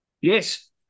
Yes